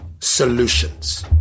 solutions